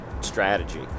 strategy